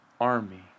army